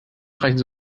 reichen